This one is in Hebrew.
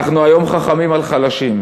אנחנו היום חכמים על חלשים: